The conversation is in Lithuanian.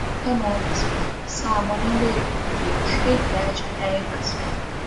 kanonas sąmoningai ir piktybiškai krečia eibes